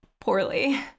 poorly